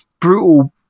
brutal